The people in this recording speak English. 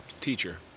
teacher